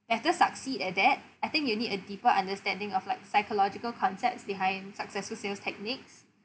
as to succeed at that I think you need a deeper understanding of like psychological concepts behind successful sales techniques